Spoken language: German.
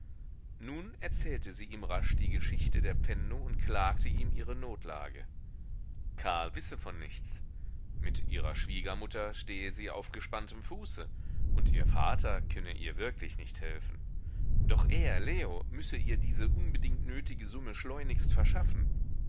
nun erzählte sie ihm rasch die geschichte der pfändung und klagte ihm ihre notlage karl wisse von nichts mit ihrer schwiegermutter stehe sie auf gespanntem fuße und ihr vater könne ihr wirklich nicht helfen doch er leo müsse ihr diese unbedingt nötige summe schleunigst verschaffen